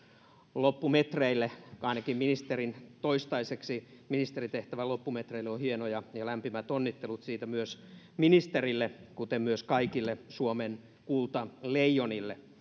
loppumetreille ainakin toistaiseksi ministeritehtävän loppumetreille on hieno ja lämpimät onnittelut siitä myös ministerille kuten myös kaikille suomen kultaleijonille